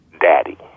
daddy